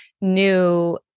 new